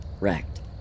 wrecked